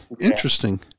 Interesting